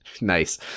Nice